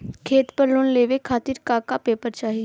खेत पर लोन लेवल खातिर का का पेपर चाही?